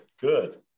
good